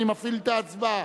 אני מפעיל את ההצבעה.